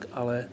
ale